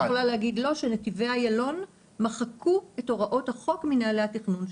אני יכולה להגיד שנתיבי איילון מחקו את הוראות החוק מנהלי התכנון שלהם,